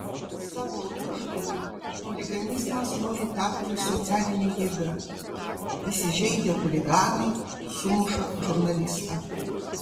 savo ruožtu chuliganizmas nori tapti socialine jėga įsižeidę chuliganai sumuša žurnalistą